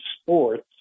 Sports